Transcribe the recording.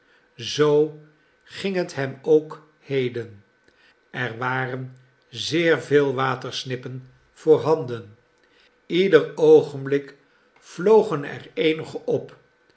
zoo ging het hem ook heden er waren zeer veel watersnippen voorhanden ieder oogenblik vlogen er eenige op